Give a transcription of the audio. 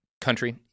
country